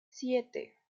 siete